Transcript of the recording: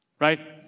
right